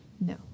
No